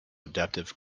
adaptive